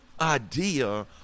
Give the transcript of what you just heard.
idea